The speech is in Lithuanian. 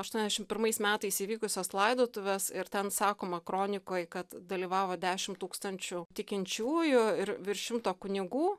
aštuoniasdešim pirmais metais įvykusios laidotuvės ir ten sakoma kronikoj kad dalyvavo dešimt tūkstančių tikinčiųjų ir virš šimto kunigų